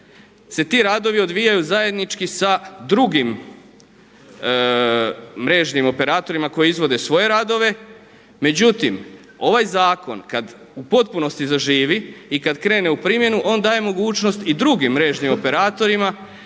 se ti radovi odvijaju zajednički sa drugim mrežnim operatorima koji izvode svoje radove, međutim ovaj zakon kada u potpunosti zaživi i kada krene u primjenu on daje mogućnosti i drugim mrežnim operatorima